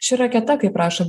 ši raketa kaip rašo